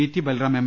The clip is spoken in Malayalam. T Balram M